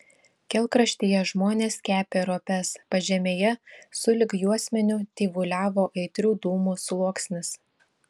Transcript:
kelkraštyje žmonės kepė ropes pažemėje sulig juosmeniu tyvuliavo aitrių dūmų sluoksnis